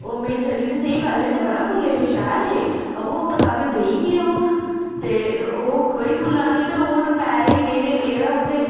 ओह् में चली ते स्हेई पैह्लें ते बड़ा पुल्ले हे शैल हे अ वो ओह् पतावे बेही गे हून ते ओह् कोई पुल्ला नेईं ते हून पैरे गी मेरे पेदा उत्थै